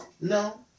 No